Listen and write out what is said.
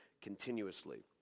continuously